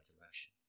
direction